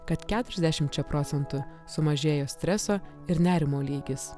kad keturiasdešimčia procentų sumažėja streso ir nerimo lygis